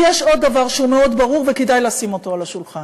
כי יש עוד דבר שהוא מאוד ברור וכדאי לשים אותו על השולחן: